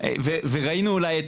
וראינו אולי,